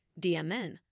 DMN